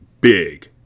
Big